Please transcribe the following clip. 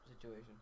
situation